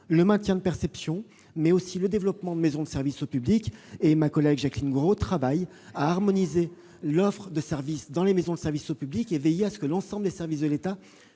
le maintien de perceptions, mais aussi le développement de maisons de services au public. Ma collègue Jacqueline Gourault travaille à harmoniser l'offre de services dans les maisons de services au public en veillant à ce que l'ensemble des services de l'État